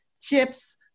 chips